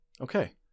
okay